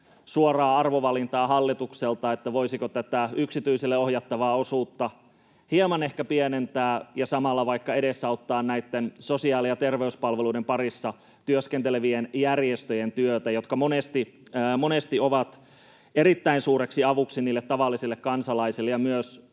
suoraa arvovalintaa hallitukselta, voisiko tätä yksityiselle ohjattavaa osuutta ehkä hieman pienentää ja samalla vaikka edesauttaa sosiaali- ja terveyspalveluiden parissa työskentelevien järjestöjen työtä, jotka monesti ovat erittäin suureksi avuksi niille tavallisille kansalaisille ja myös